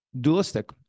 dualistic